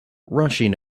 rushing